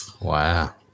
Wow